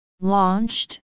Launched